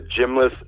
gymless